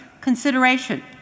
consideration